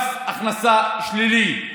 מס הכנסה שלילי.